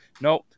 No